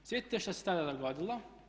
Sjetite se što se tada dogodilo.